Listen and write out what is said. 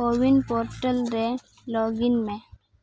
CoWIN portal ᱨᱮ login ᱢᱮ